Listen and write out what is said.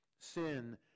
Sin